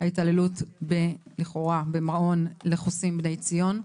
ההתעללות לכאורה במעון לחוסים "בני ציון".